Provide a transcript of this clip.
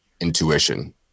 intuition